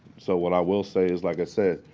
so what i will say is, like i said,